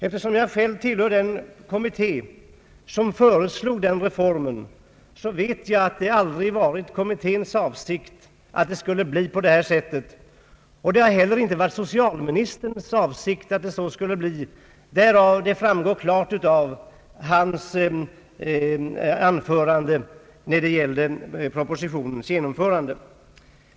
Eftersom jag själv tillhörde den kommitté som föreslog reformen, vet jag att det aldrig var kommitténs avsikt att det skulle bli på detta sätt. Inte heller har det varit socialministerns avsikt att resultatet skulle bli detta. Det framgick klart av hans anförande i samband med propositionens behandling.